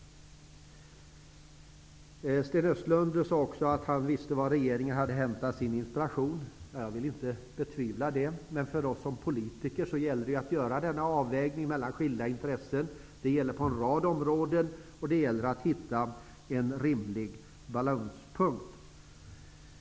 Sten Östlund sade också att han visste var regeringen hade hämtat sin inspiration. Jag betvivlar inte det. Men för oss politiker gäller det att göra denna avvägning mellan skilda intressen, på en rad områden, och det gäller att hitta en rimlig balanspunkt.